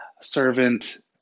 servant